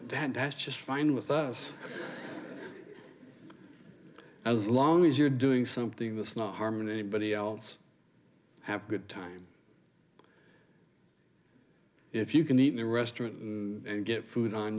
has just fine with us as long as you're doing something that's not harming anybody else have a good time if you can eat in a restaurant and get food on